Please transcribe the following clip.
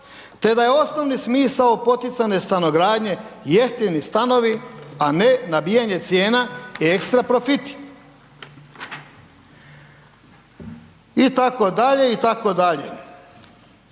te da je osnovni smisao poticajne stanogradnje jeftini stanovi a ne nabijanje cijena i ekstra profiti, itd., itd. Kažem